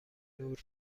نور